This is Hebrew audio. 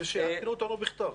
ושיעדכנו אותנו בכתב.